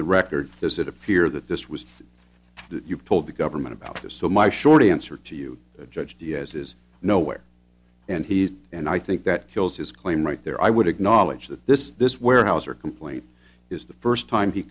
the record does it appear that this was that you've told the government about this so my short answer to you judge diaz is nowhere and he and i think that kills his claim right there i would acknowledge that this this warehouser complaint is the first time he